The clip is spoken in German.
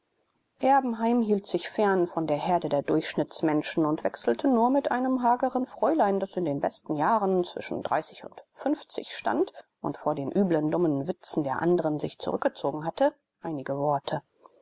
erbenheim hielt sich fern von der herde der durchschnittsmenschen und wechselte nur mit einem hageren fräulein das in den besten jahren zwischen und stand und vor den üblichen dummen witzen der anderen sich zurückgezogen hatte einige worte